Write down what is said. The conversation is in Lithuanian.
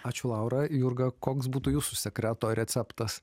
ačiū laura jurga koks būtų jūsų sekreto receptas